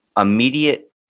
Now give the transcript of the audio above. immediate